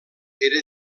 era